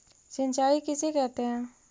सिंचाई किसे कहते हैं?